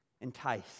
Entice